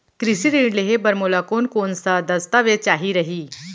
कृषि ऋण लेहे बर मोला कोन कोन स दस्तावेज चाही रही?